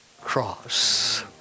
cross